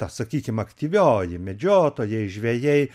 ta sakykim aktyvioji medžiotojai žvejai